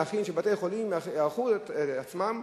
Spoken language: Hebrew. להחליט שבתי-חולים ייערכו בעצמם,